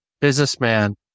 businessman